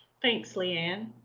thanks leigh ann.